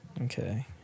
okay